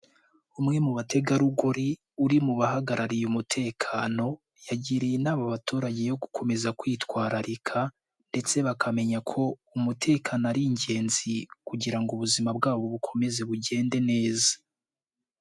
Umwe mu bategarugori uri mu bahagarariye umutekano, yagiriye inama abaturage yo gukomeza kwitwararika ndetse bakamenya ko umutekano ari ingenzi kugira ngo ubuzima bwabo bukomeze bugende neza.